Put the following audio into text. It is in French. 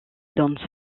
donne